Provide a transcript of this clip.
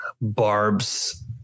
barbs